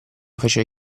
fece